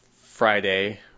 friday